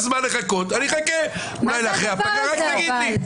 שלום למשוריין, חכה תעשה פריימריז.